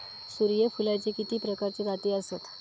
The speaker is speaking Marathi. सूर्यफूलाचे किती प्रकारचे जाती आसत?